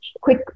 quick